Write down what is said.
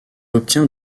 obtient